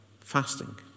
Fasting